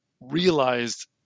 realized